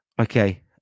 Okay